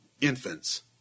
infants